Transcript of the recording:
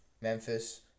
Memphis